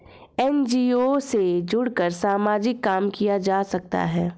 NGO से जुड़कर सामाजिक काम किया जा सकता है